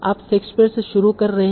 आप शेक्सपियर से शुरू कर रहे हैं